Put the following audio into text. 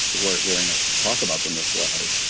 we're hearing us talk about them this way.